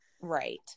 Right